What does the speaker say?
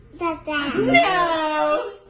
No